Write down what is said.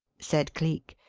said cleek.